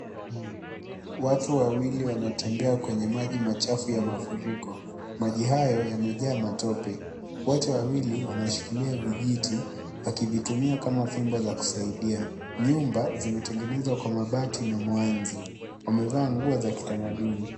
Watu wawili wanatembea kwenye maji machafu ya mafuriko. Maji hayo yamejaa matope. Wote wawili wanashikilia vijiti wakivitumia kama fimbo za kusaidia. Nyumba zimetengenezwa kwa mabati na mwanzi. Wamevaa nguo za kitamaduni.